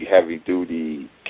heavy-duty